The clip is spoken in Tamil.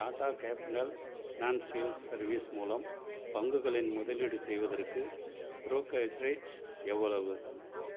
டாடா கேபிட்டல் ஃபினான்ஷியல் சர்வீஸ் மூலம் பங்குகளின் முதலீடு செய்வதற்கு ப்ரோக்கர்ரேஜ் எவ்வளவு